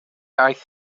aeth